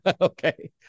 Okay